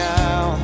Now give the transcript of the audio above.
now